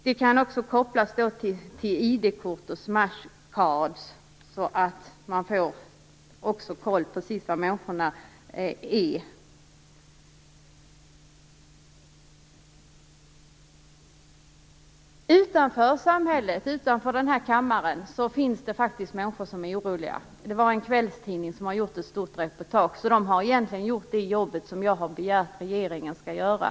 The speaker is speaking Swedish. Detta kan också kopplas till ID-kort och smart cards, så att man också får kontroll på precis var människorna är. Det finns faktiskt människor utanför den här kammaren som är oroliga. En kvällstidning har gjort ett stort reportage om detta, så de ha egentligen gjort det jobb som jag har begärt att regeringen skall göra.